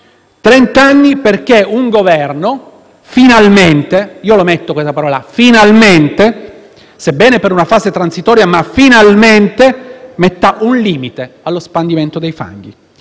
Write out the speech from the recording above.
trent’anni perché un Governo finalmente (evidenzio questa parola: finalmente), sebbene per una fase transitoria, mettesse un limite allo spandimento dei fanghi.